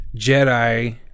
Jedi